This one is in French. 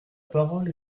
parole